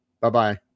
Bye-bye